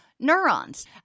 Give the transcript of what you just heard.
Neurons